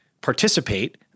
participate